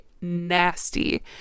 nasty